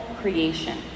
creation